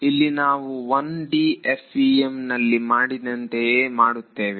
ಇಲ್ಲಿ ನಾವು 1D FEM ನಲ್ಲಿ ಮಾಡಿದಂತೆಯೇ ಮಾಡುತ್ತೇವೆ